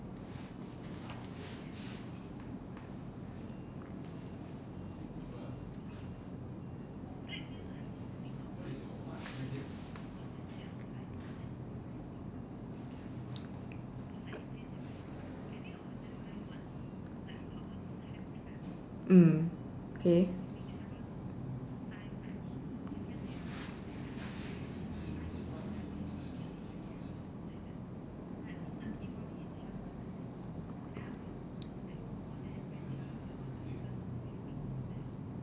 mm okay